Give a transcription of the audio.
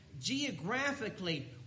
geographically